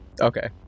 okay